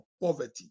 poverty